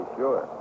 sure